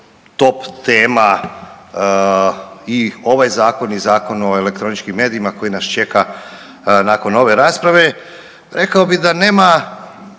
top tema i ovaj zakon i Zakon o elektroničkim medijima koji nas čeka nakon ove rasprave. Rekao bih da nema,